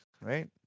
right